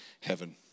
heaven